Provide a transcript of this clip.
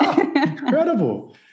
incredible